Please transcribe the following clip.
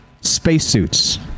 spacesuits